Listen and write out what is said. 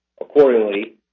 Accordingly